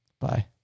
Bye